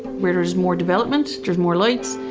where there's more development there's more lights.